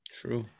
True